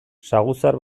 saguzar